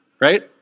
Right